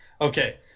Okay